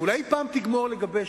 ואולי פעם תגמור לגבש,